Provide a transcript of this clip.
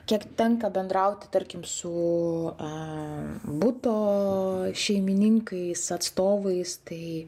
kiek tenka bendrauti tarkim su a buto šeimininkais atstovais tai